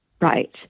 right